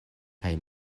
kaj